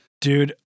Dude